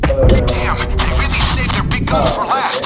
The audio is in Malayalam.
അമ്പത് പേർക്കാണല്ലേ അ ഓക്കെ ഓക്കെ